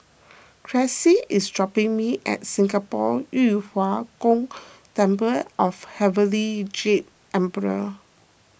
Cressie is dropping me at Singapore Yu Huang Gong Temple of Heavenly Jade Emperor